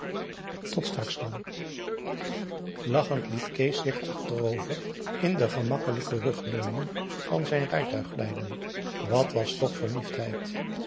tot straks dan lachend liet kees zich achterover in de gemakkelijke rugleuning van zijn rijtuig glijden wat was toch verliefdheid